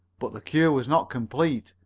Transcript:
but the cure was not complete,